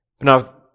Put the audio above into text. Now